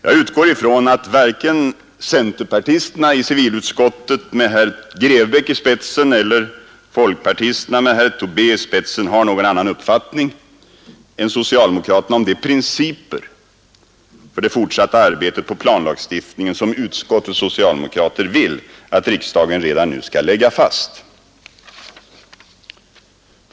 Jag utgår ifrån att varken centerpartisterna i civilutskottet med herr Grebäck i spetsen eller folkpartisterna med herr Tobé i spetsen har någon annan uppfattning än socialdemokraterna om de principer för det fortsatta arbetet på planlagstiftningen som utskottets socialdemokrater vill att riksdagen redan nu skall lägga fast.